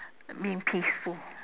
being peaceful